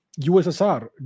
USSR